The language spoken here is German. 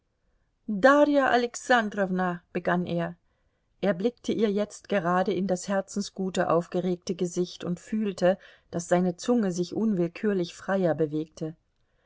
darja alexandrowna begann er er blickte ihr jetzt gerade in das herzensgute aufgeregte gesicht und fühlte daß seine zunge sich unwillkürlich freier bewegte